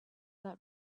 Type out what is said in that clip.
that